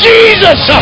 Jesus